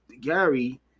Gary